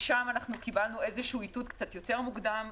שם קיבלנו איתות קצת יותר מוקדם,